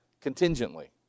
contingently